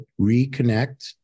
reconnect